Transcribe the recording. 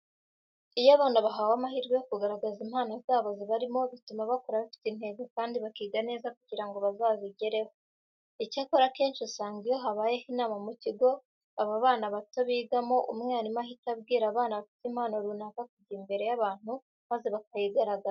Iyo abana bahawe amahirwe yo kugaragaza impano zibarimo bituma bakura bafite intego kandi bakiga neza kugira ngo bazazigereho. Icyakora, akenshi usanga iyo habaye inama mu kigo aba bana bato bigamo, umwarimu ahita abwira abana bafite impano runaka kujya imbere y'abantu maze bakayigaragaza.